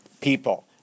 people